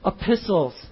epistles